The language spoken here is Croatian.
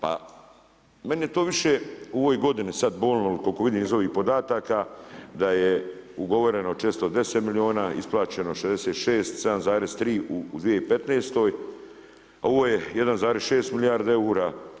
Pa meni je to više u ovoj godini sada bolno jer koliko vidim iz ovih podataka da je ugovoreno 410 milijuna, isplaćeno 66, 7,3 u 2015., a ovo je 1,6 milijardi eura.